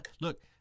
look